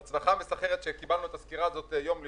-- זאת הצלחה מסחררת שקיבלנו את הסקירה הזאת יום לפני.